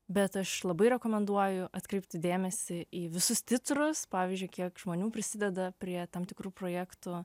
bet aš labai rekomenduoju atkreipti dėmesį į visus titrus pavyzdžiui kiek žmonių prisideda prie tam tikrų projektų